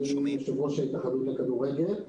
אני יושב-ראש ההתאחדות לכדורגל.